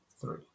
three